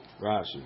Rashi